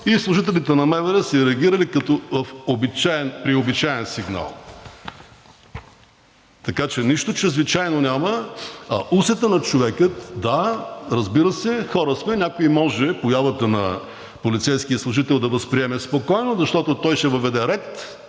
Служителите на МВР са реагирали като при обичаен сигнал. Така че нищо чрезвичайно няма, а усетът на човека – да, разбира се, хора сме, някой може при появата на полицейския служител да го възприеме спокойно, защото той ще въведе ред.